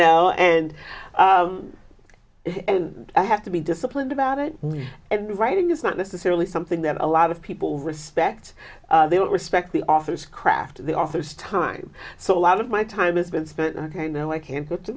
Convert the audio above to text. know and and i have to be disciplined about it and writing is not necessarily something that a lot of people respect they don't respect the authors craft the authors time so a lot of my time has been spent ok now i can't go to